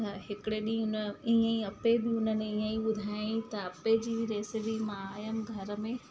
त हिकिड़े ॾींहं उन ईअं ई अप्पे बि हुननि ईअं ई ॿुधाई त अप्पे जी बि रेसिपी मां आयमि घर में